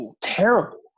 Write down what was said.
terrible